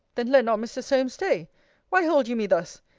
then let not mr. solmes stay why hold you me thus?